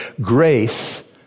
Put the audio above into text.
grace